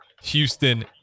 Houston